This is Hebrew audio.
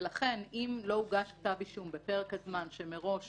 ולכן אם לא הוגש כתב אישום בפרק הזמן שמראש